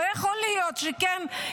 לא יכול להיות שחלק